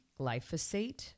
glyphosate